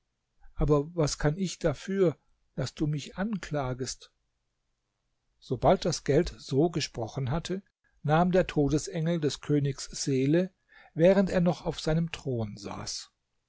aber was kann ich dafür daß du mich anklagest sobald das geld so gesprochen hatte nahm der todesengel des königs seele während er noch auf seinem thron saß